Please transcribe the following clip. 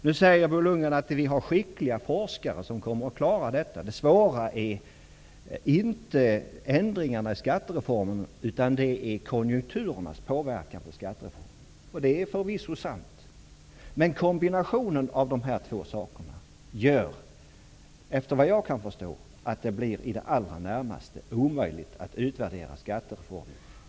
Nu säger Bo Lundgren att vi har skickliga forskare som kommer att klara detta. Det svåra är inte ändringarna i skattereformen utan konjunkturernas påverkan på skattereformen. Det är förvisso sant. Men kombinationen av dessa två saker gör, efter vad jag kan förstå, att det blir i det allra närmaste omöjligt att utvärdera skattereformen.